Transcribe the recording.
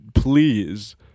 please